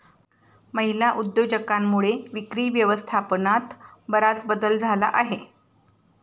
महिला उद्योजकांमुळे विक्री व्यवस्थापनात बराच बदल झाला आहे